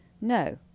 no